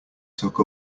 took